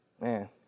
Man